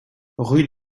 rue